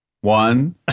one